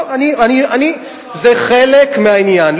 לא, אני, זה חלק מהעניין.